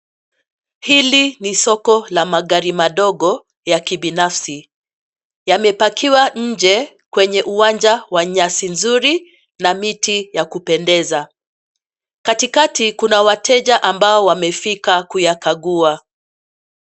Hili ni soko la magari madogo ya kibinafsi. Yamepakiwa nje kwenye uwanja wa nyasi nzuri na miti ya kupendeza. Katikati kuna wateja ambao wamefika kuyakagua.